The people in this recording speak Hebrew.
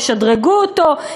ישדרגו אותו.